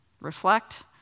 reflect